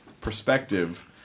perspective